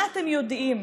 מה אתם יודעים?